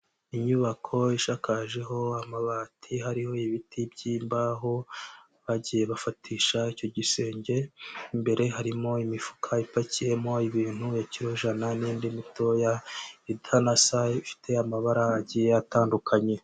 Inyubako ishakajeho amabati, hariho ibiti by'imbaho bagiye bafatisha icyo gisenge, imbere harimo imifuka ipakiyemo ibintu ya kilo jana n'indi mitoya itanasa ifite amabara agiye atandukanye.